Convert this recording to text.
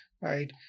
right